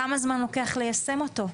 כמה זמן לוקח ליישם אותו?